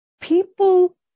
People